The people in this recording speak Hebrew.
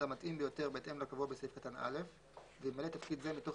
המתאים ביותר בהתאם לקבוע בסעיף קטן (א) וימלא תפקיד זה תוך